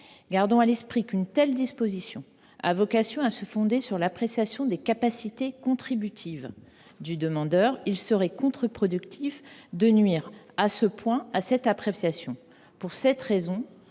Gardons à l’esprit qu’une telle disposition a vocation à se fonder sur l’appréciation des capacités contributives du demandeur. Il serait donc contre productif de nuire à ce point à cette appréciation. Les amendements